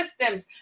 systems